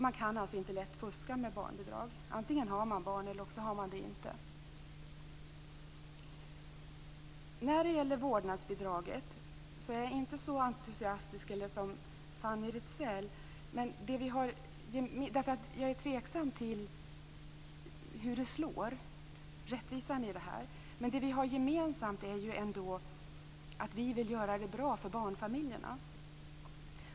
Man kan alltså inte lätt fuska med barnbidrag: antingen har man barn eller också har man det inte. När det gäller vårdnadsbidraget är jag inte så entusiastisk som Fanny Rizell. Jag är tveksam till hur det slår när det gäller rättvisan i detta. Men gemensamt är ändå att vi vill göra det bra för barnfamiljerna.